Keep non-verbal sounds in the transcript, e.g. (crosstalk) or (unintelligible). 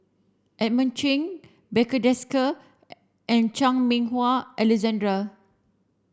Edmund Chen Barry Desker (unintelligible) and Chan Meng Wah Alexander